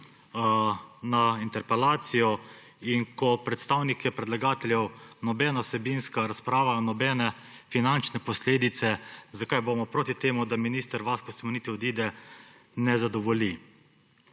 na interpelacijo in ko predstavnikov predlagateljev nobena vsebinska razprava, nobene finančne posledice, zakaj bomo proti temu, da minister Vasko Simoniti odide, ne zadovoljijo.